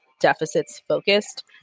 deficits-focused